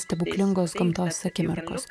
stebuklingos gamtos akimirkos